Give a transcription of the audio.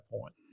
point